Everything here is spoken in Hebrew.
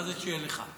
מה זה "שיהיה לך"?